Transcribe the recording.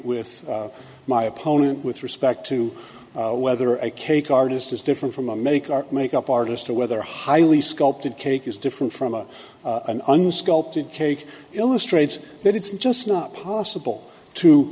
with my opponent with respect to whether a cake artist is different from a make our makeup artist or whether highly sculpted cake is different from a an unscripted cake illustrates that it's just not possible to